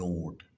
Lord